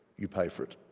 you pay for it.